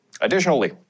Additionally